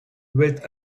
with